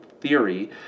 theory